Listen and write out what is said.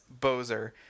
Bozer